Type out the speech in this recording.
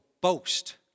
boast